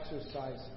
exercise